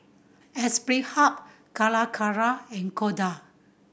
Aspire Hub Calacara and Kodak